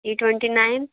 E twenty nine